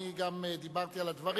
אני גם דיברתי על הדברים,